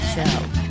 Show